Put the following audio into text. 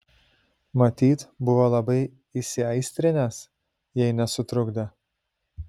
matyt buvo labai įsiaistrinęs jei nesutrukdė